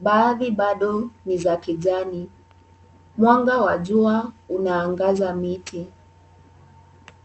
Baadhi bado ni za kijani. Mwanga wa jua unaangaza miti.